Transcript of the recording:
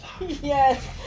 Yes